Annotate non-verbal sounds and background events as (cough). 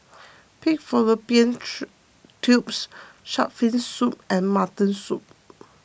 Pig Fallopian (unintelligible) Tubes Shark's Fin Soup and Mutton Soup